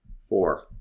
four